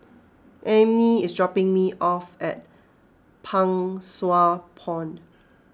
Emmie is dropping me off at Pang Sua Pond